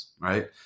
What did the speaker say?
right